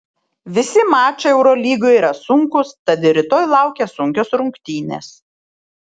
visi mačai eurolygoje yra sunkūs tad ir rytoj laukia sunkios rungtynės